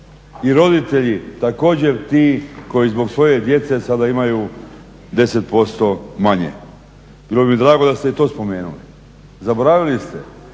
i roditelji također ti koji zbog svoje djece sada imaju deset posto manje. Bilo bi mi drago da ste i to spomenuli. Zaboravili ste,